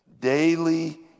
daily